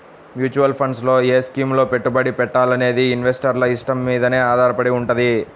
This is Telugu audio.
మ్యూచువల్ ఫండ్స్ లో ఏ స్కీముల్లో పెట్టుబడి పెట్టాలనేది ఇన్వెస్టర్ల ఇష్టం మీదనే ఆధారపడి వుంటది